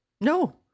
No